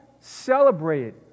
celebrated